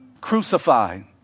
crucified